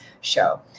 show